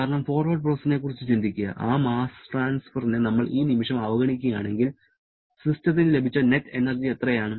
കാരണം ഫോർവേർഡ് പ്രോസസ്സിനെക്കുറിച്ച് ചിന്തിക്കുക ആ മാസ്സ് ട്രാൻസ്ഫറിനെ നമ്മൾ ഈ നിമിഷം അവഗണിക്കുകയാണെങ്കിൽ സിസ്റ്റത്തിന് ലഭിച്ച നെറ്റ് എനർജി എത്രയാണ്